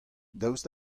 daoust